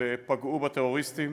ופגעו בטרוריסטים,